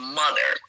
mother